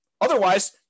Otherwise